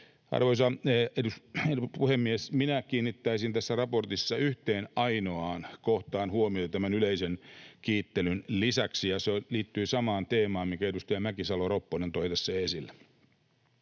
Arvoisa puhemies! Minä kiinnittäisin tässä raportissa yhteen ainoaan kohtaan huomiota tämän yleisen kiittelyn lisäksi, ja se liittyy samaan teemaan, minkä edustaja Mäkisalo-Ropponen toi tässä esille.